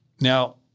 Now